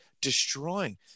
destroying